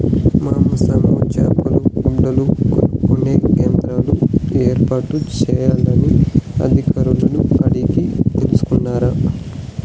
మాంసము, చేపలు, గుడ్లు కొనుక్కొనే కేంద్రాలు ఏర్పాటు చేయాలని అధికారులను అడిగి తెలుసుకున్నారా?